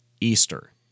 Easter